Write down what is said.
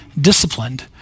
disciplined